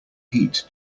heat